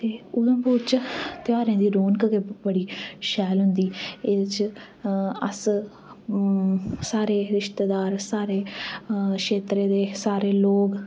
ते उधमपुर ध्यारें दी रौनक बड़ी शैल होंदी ते एह्दे च अस सारे रिश्तेदार सारे क्षेत्रै दे सारे लोग